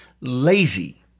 lazy